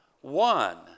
one